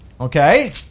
Okay